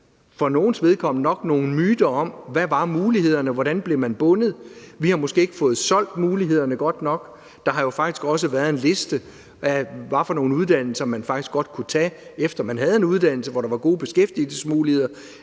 for nogles vedkommende nok har skabt nogle myter om, hvad mulighederne var, og hvordan man blev bundet, vi har måske ikke fået solgt mulighederne godt nok, og der har jo faktisk også været en liste over, hvad for nogle uddannelser man godt kunne tage, efter at man havde taget en uddannelse, og hvor der var gode beskæftigelsesmuligheder.